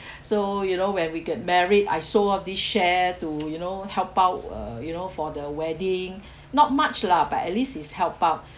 so you know when we get married I sold all this share to you know help out uh you know for the wedding not much lah but at least it's help out